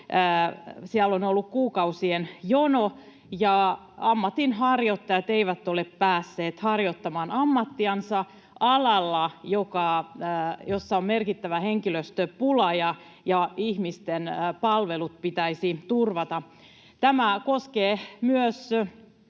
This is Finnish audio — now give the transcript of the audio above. siellä on ollut kuukausien jono, ja ammatinharjoittajat eivät ole päässeet harjoittamaan ammattiansa alalla, jolla on merkittävä henkilöstöpula ja ihmisten palvelut pitäisi turvata. Tämä koskee myös